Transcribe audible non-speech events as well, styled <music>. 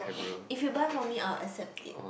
<noise> if you buy for me I will accept it